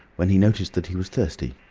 when he noticed that he was thirsty.